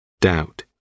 doubt